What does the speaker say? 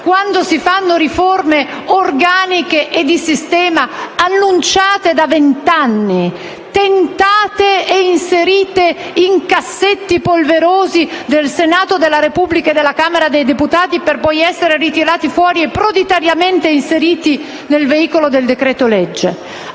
quando si fanno riforme organiche e di sistema, annunciate da venti anni, tentate e inserite in cassetti polverosi del Senato della Repubblica e della Camera dei deputati, per poi essere ritirate fuori e proditoriamente inserite nel veicolo del decreto-legge.